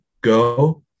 Go